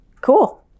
Cool